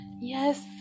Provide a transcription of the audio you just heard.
Yes